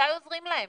מתי עוזרים להם?